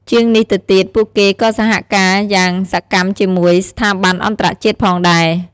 ជាងនេះទៅទៀត ពួកគេក៏សហការយ៉ាងសកម្មជាមួយ ស្ថាប័នអន្តរជាតិផងដែរ។